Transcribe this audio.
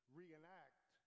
reenact